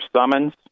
summons